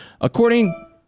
According